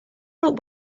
look